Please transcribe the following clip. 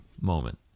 moment